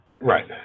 Right